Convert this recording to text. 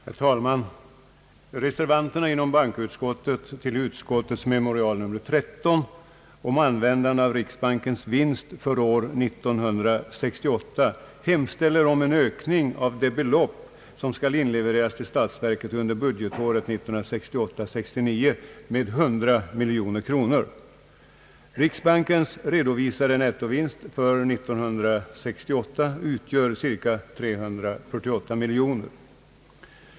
Herr talman! Reservanterna inom bankoutskottet till utskottets memorial nr 13 om användande av riksbankens vinst för år 1968 hemställer om en ökning av det belopp som skall inlevereras till statsverket under budgetåret 1968/ 69 med 100 miljoner kronor. Riksbankens redovisade nettovinst år 1968 utgör cirka 348 miljoner kronor.